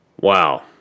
wow